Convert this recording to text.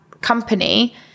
company